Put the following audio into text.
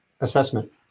assessment